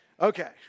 Okay